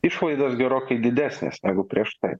išlaidos gerokai didesnės negu prieš tai